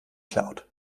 cloud